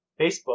Facebook